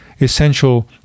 essential